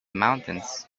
mountains